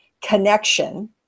connection